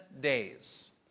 days